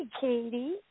Katie